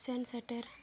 ᱥᱮᱱ ᱥᱮᱴᱮᱨ